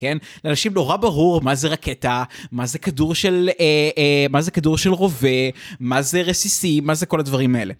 כן, לאנשים נורא ברור מה זה רקטה, מה זה כדור של רובה, מה זה רסיסים, מה זה כל הדברים האלה.